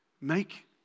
make